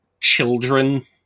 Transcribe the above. children